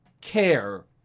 Care